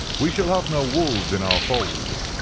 we shall have no wolves in our fold.